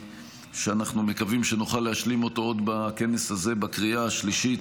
שאנחנו מקווים שנוכל להשלים אותו עוד בכנסת הזה בקריאה השלישית,